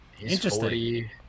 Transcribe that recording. Interesting